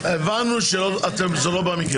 לה: ביום הזה את צריכה לעשות כך,